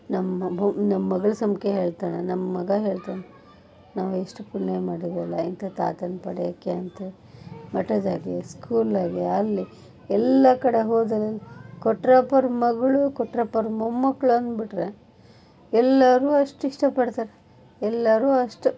ನಮ್ಮ ಮ್ ನಮ್ಮ ಮಗಳು ಸುಮ್ನೇ ಹೇಳ್ತಾನೆ ನಮ್ಮ ಮಗ ಹೇಳ್ತಾನೆ ನಾವು ಎಷ್ಟು ಪುಣ್ಯ ಮಾಡಿದ್ದೀವಲ್ಲಾ ಇಂಥ ತಾತನ್ನ ಪಡೆಯೋಕೆ ಅಂತ ಮಠದಾಗೆ ಸ್ಕೂಲಾಗೆ ಅಲ್ಲಿ ಎಲ್ಲ ಕಡೆ ಹೋದಲ್ಲೆಲ್ಲ ಕೊಟ್ರಪ್ಪೋರ ಮಗಳು ಕೊಟ್ರಪ್ಪೋರ ಮೊಮ್ಮಕ್ಕಳು ಅಂದ್ಬಿಟ್ಟರೆ ಎಲ್ಲರೂ ಅಷ್ಟು ಇಷ್ಟಪಡ್ತಾರೆ ಎಲ್ಲರೂ ಅಷ್ಟು